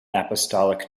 apostolic